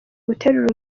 guterura